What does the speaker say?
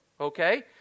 Okay